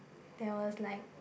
there was like